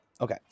Okay